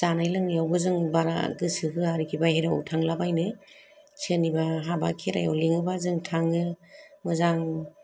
जानाय लोंनायावबो जों बारा गोसो होया आरोखि बाहेराव थांला बायनो सोरनिबा हाबा खेरायाव लिङोबा जों थाङो मोजां